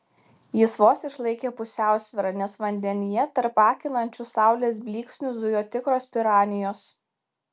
jis vos išlaikė pusiausvyrą nes vandenyje tarp akinančių saulės blyksnių zujo tikros piranijos